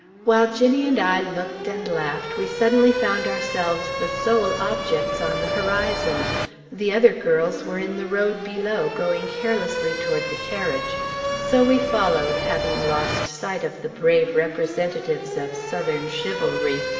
while ginnie and i looked and laughed, we suddenly found ourselves the sole objects on the horizon the other girls were in the road below, going carelessly toward the carriage so we followed, having lost sight of the brave representatives of southern chivalry,